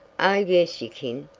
yes you kin,